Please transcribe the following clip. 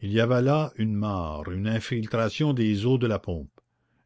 il y avait là une mare une infiltration des eaux de la pompe